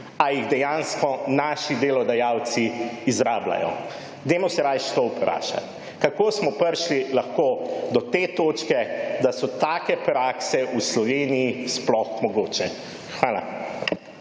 jih dejansko naši delodajalci izrabljajo? Dajmo se raje to vprašat, kako smo prišli lahko do te točke, da so take prakse v Sloveniji sploh mogoče. Hvala.